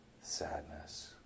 sadness